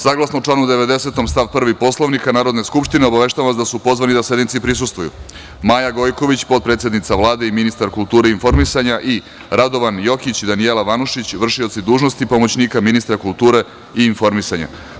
Saglasno članu 90. stav 1. Poslovnika Narodne skupštine, obaveštavam vas da su pozvani da sednici prisustvuju: Maja Gojković, potpredsednica Vlade i ministar kulture i informisanja i Radovan Jokić i Danijela Vanušić, vršioci dužnosti pomoćnika ministra kulture i informisanja.